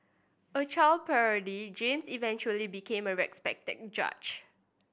a child prodigy James eventually became a respected judge